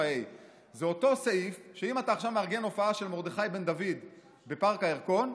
זה אותו סעיף אם אתה עכשיו מארגן הופעה של מרדכי בן דוד בפארק הירקון,